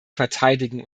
verteidigen